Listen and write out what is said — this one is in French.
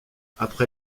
après